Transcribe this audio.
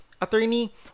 attorney